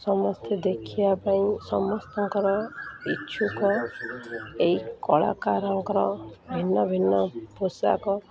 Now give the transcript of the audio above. ସମସ୍ତେ ଦେଖିବା ପାଇଁ ସମସ୍ତଙ୍କର ଇଚ୍ଛୁକ ଏହି କଳାକାରଙ୍କର ଭିନ୍ନ ଭିନ୍ନ ପୋଷାକ